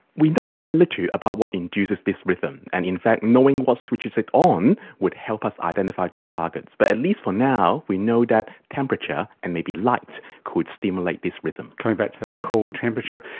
we know very little about what induces this rhythm, and in fact knowing what switches it on would help us identify drug targets, but at least for now we know that temperature and maybe light could stimulate this rhythm. coming back to that cold temperature.